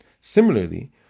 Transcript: Similarly